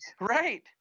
Right